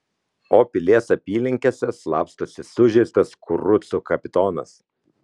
o pilies apylinkėse slapstosi sužeistas kurucų kapitonas